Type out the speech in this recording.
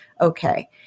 okay